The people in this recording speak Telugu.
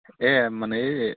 ఏ మన ఈ